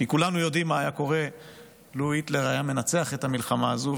כי כולנו יודעים מה היה קורה לו היטלר היה מנצח במלחמה הזו,